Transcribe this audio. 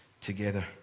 together